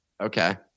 Okay